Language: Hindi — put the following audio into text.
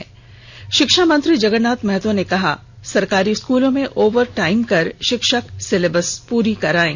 त् षिक्षा मंत्री जगरनाथ महतो ने कहा सरकारी स्कूलों में ओवर टाइम कर षिक्षक सिलेबस को पूरा करायें